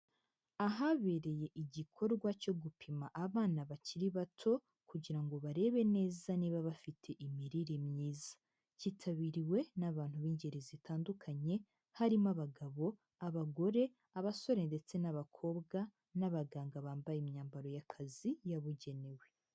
Ahabereye igikorwa cyo gupima abana bakiri bato kugira ngo barebe neza niba bafite imirire myiza, cyitabiriwe n'abantu b'ingeri zitandukanye harimo abagabo, abagore, abasore ndetse n'abakobwa, n'abaganga bambaye imyambaro y'akazi yabugenewe.